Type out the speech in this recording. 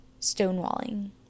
Stonewalling